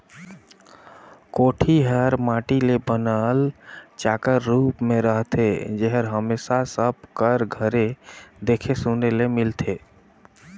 कोठी हर माटी ले बनल चाकर रूप मे रहथे जेहर हमेसा सब कर घरे देखे सुने ले मिलथे